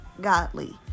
godly